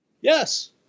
Yes